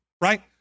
right